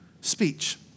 speech